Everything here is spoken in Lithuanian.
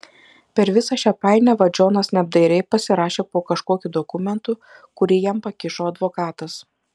per visą šią painiavą džonas neapdairiai pasirašė po kažkokiu dokumentu kurį jam pakišo advokatas